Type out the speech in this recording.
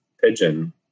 pigeon